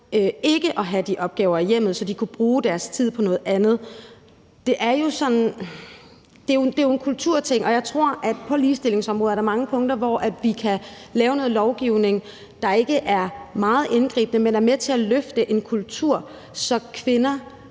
ikke at have de opgaver i hjemmet, så de kunne bruge deres tid på noget andet. Det er jo en kulturting, og jeg tror, at der på ligestillingsområdet er mange punkter, hvor vi kan lave noget lovgivning, der ikke er meget indgribende, men som er med til at løfte en kultur, så kvinder,